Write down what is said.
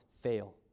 fail